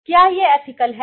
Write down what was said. क्या यह एथिकल है